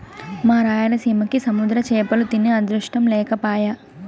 మా రాయలసీమకి సముద్ర చేపలు తినే అదృష్టం లేకపాయె